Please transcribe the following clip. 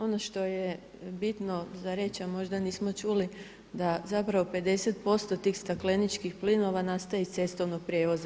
Ono što je bitno za reći, a možda nismo čuli da zapravo 50% tih stakleničkih plinova nastaje iz cestovnog prijevoza.